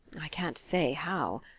i can't say how.